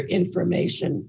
information